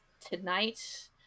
tonight